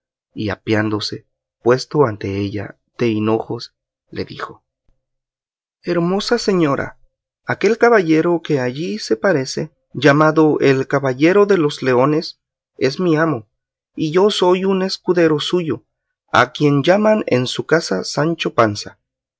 y apeándose puesto ante ella de hinojos le dijo hermosa señora aquel caballero que allí se parece llamado el caballero de los leones es mi amo y yo soy un escudero suyo a quien llaman en su casa sancho panza